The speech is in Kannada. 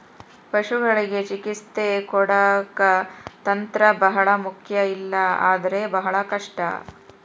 ಪಶುಗಳಿಗೆ ಚಿಕಿತ್ಸೆ ಕೊಡಾಕ ತಂತ್ರ ಬಹಳ ಮುಖ್ಯ ಇಲ್ಲ ಅಂದ್ರೆ ಬಹಳ ಕಷ್ಟ